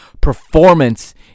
performance